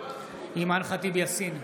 אימאן ח'טיב יאסין,